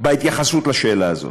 בהתייחסות לשאלה הזאת.